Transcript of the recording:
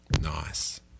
Nice